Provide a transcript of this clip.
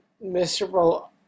miserable